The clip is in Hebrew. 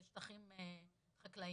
זה שטחים חקלאיים.